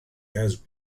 has